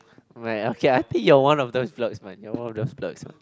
well okay I think you are one of those flirts man one of those flirts lah